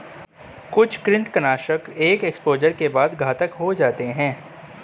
कुछ कृंतकनाशक एक एक्सपोजर के बाद घातक हो जाते है